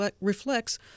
reflects